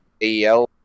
AEL